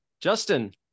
justin